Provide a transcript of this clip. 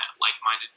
like-minded